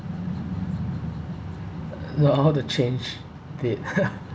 uh no how to change date